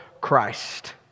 Christ